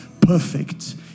Perfect